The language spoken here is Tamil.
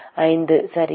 5 சரியா